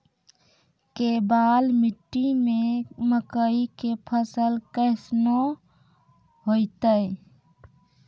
केवाल मिट्टी मे मकई के फ़सल कैसनौ होईतै?